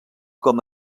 com